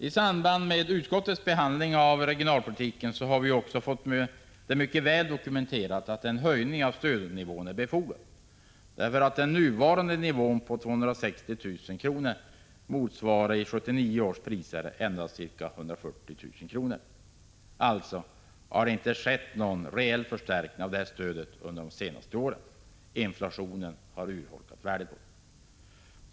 I samband med utskottets behandling av regionalpolitiken har vi också fått det mycket väl dokumenterat att en höjning av stödnivån är befogad. Nuvarande nivå på 260 000 kr. motsvarar i 1979 års priser endast ca 140 000 kr. Alltså har det inte skett någon reell förstärkning av detta stöd under de senaste åren — inflationen har urholkat värdet.